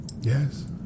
Yes